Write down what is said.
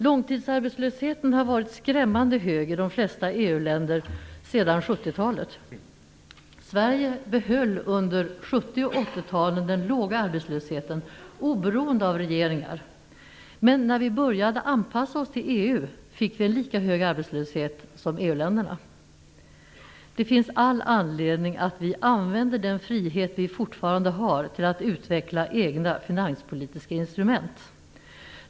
Långtidsarbetslösheten har varit skrämmande hög i de flesta EU-länder sedan 70-talet. Sverige behöll under 70 och 80-talen den låga arbetslösheten oberoende av regeringar. Men när vi började anpassa oss till EU fick vi en lika hög arbetslöshet som EU länderna. Det finns all anledning att vi använder den frihet vi fortfarande har till att utveckla egna finanspolitiska instrument.